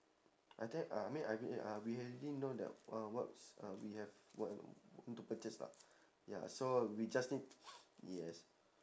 I think uh I mean I mean uh we already know that uh what's uh we have want to purchase lah ya so we just need yes